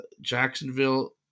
Jacksonville